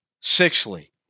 Sixthly